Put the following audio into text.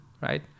right